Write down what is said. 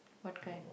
what kind